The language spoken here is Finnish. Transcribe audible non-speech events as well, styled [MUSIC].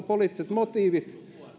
[UNINTELLIGIBLE] poliittiset motiivit